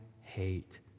hate